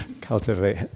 Cultivate